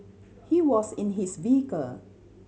he was in his vehicle